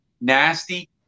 nasty